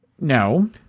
No